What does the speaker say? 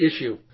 issue